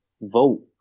vote